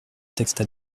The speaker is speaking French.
texte